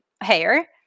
hair